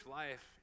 life